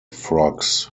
frogs